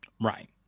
Right